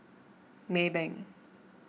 Maybank